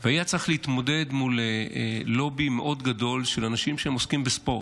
והיה צריך להתמודד מול לובי מאוד גדול של אנשים שעוסקים בספורט,